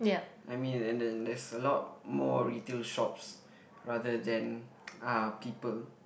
I mean and there's a lot more retail shops rather than uh people